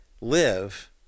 live